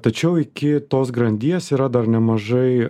tačiau iki tos grandies yra dar nemažai